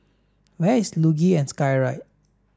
where is Luge and Skyride